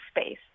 space